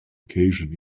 occasion